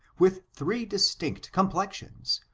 with three distinct complexions,